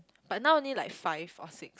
but now only like five or six